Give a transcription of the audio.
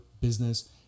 business